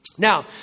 Now